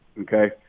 okay